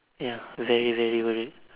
ya very very worried